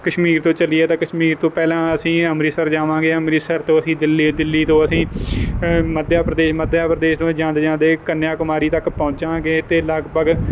ਕਸ਼ਮੀਰ ਤੋਂ ਚੱਲੀਏ ਤਾਂ ਕਸ਼ਮੀਰ ਤੋਂ ਪਹਿਲਾਂ ਅਸੀਂ ਅੰਮ੍ਰਿਤਸਰ ਜਾਵਾਂਗੇ ਅੰਮ੍ਰਿਤਸਰ ਤੋਂ ਅਸੀਂ ਦਿੱਲੀ ਦਿੱਲੀ ਤੋਂ ਅਸੀਂ ਮੱਧਿਆ ਪ੍ਰਦੇਸ਼ ਮੱਧਿਆ ਪ੍ਰਦੇਸ਼ ਤੋਂ ਜਾਂਦੇ ਜਾਂਦੇ ਕੰਨਿਆ ਕੁਮਾਰੀ ਤੱਕ ਪਹੁੰਚਾਂਗੇ ਅਤੇ ਲਗਭਗ